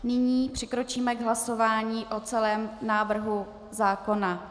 Nyní přikročíme k hlasování o celém návrhu zákona.